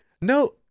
No